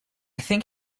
think